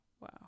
wow